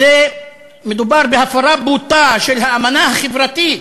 ומדובר בהפרה בוטה של האמנה החברתית.